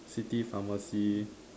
city pharmacy